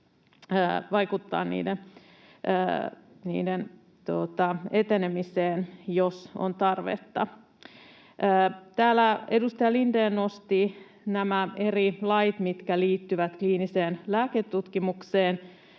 vaikuttaa niiden etenemiseen, jos on tarvetta. Täällä edustaja Lindén nosti nämä eri lait, mitkä liittyvät kliiniseen lääketutkimukseen.